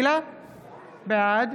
בעד